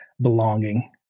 belonging